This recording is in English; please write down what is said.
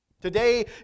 Today